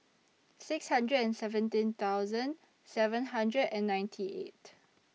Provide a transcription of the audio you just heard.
six hundred and seventeen thousand seven hundred and ninety eight